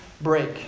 break